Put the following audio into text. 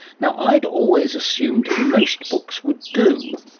now i'd always assumed most books would do.